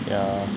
yeah